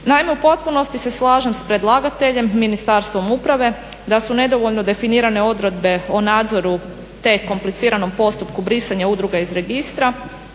Naime, u potpunosti se slažem s predlagateljem Ministarstvom uprave da su nedovoljno definirane odredbe o nadzoru te kompliciranom postupku brisanja udruga iz registra,